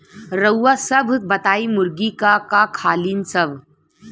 रउआ सभ बताई मुर्गी का का खालीन सब?